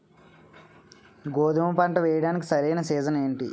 గోధుమపంట వేయడానికి సరైన సీజన్ ఏంటి?